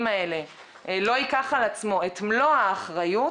האלה לא ייקח על עצמו את מלוא האחריות,